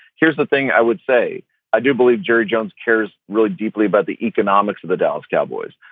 here's the thing i would say i do believe jerry jones cares really deeply about the economics of the dallas cowboys,